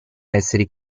esseri